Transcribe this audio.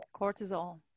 cortisol